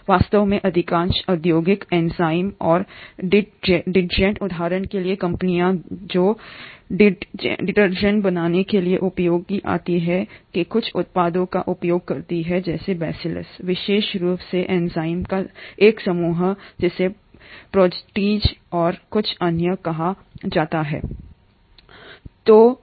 वास्तव में अधिकांश औद्योगिक एंजाइम और डिटर्जेंट उदाहरण के लिए कंपनियां जो डिटर्जेंट बनाने के लिए उपयोग की जाती हैं के कुछ उत्पादों का उपयोग करती हैं ये बैसिलस विशेष रूप से एंजाइमों का एक समूह जिसे प्रोटीज और कुछ अन्य कहा जाता है